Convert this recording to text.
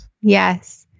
Yes